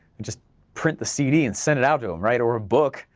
you just print the cd and send it out to them, right, or a book,